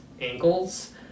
ankles